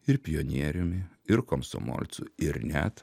ir pionieriumi ir komsomolcu ir net